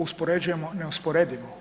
Uspoređujemo neusporedivo.